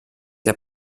der